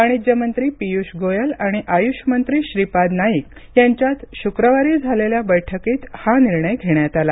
वाणिज्य मंत्री पियुष गोयल आणि आयुष मंत्री श्रीपाद नाईक यांच्यात शुक्रवारी झालेल्या बैठकीत हा निर्णय घेण्यात आला